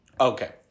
Okay